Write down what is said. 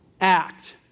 Act